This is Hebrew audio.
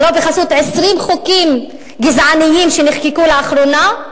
הלוא בחסות 20 חוקים גזעניים שנחקקו לאחרונה,